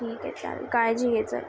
ठीक आहे चालेल काळजी घे चल